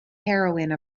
heroine